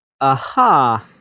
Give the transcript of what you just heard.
aha